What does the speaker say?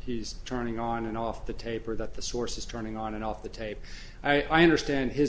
he's turning on and off the tape or that the source is turning on and off the tape i understand his